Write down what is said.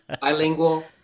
Bilingual